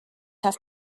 have